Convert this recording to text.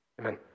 Amen